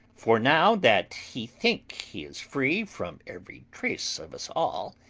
for now that he think he is free from every trace of us all,